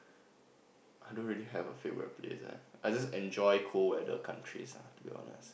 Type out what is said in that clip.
I don't really have a favourite place eh I just enjoy cold weather countries ah to be honest